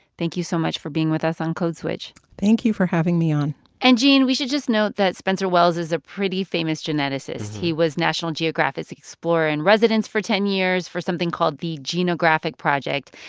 thank you so much for being with us on code switch thank you for having me on and, gene, we should just note that spencer wells is a pretty famous geneticist. he was national geographic's explorer in residence for ten years for something called the genographic project,